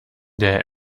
der